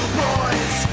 boys